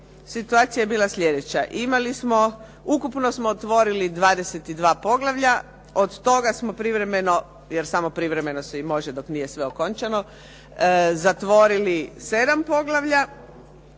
situacija je bila sljedeća. Imali smo, ukupno smo otvorili 22 poglavlja, od toga smo privremeno, jer samo se privremeno se i može dok nije sve okončano, zatvorili 7 poglavlja.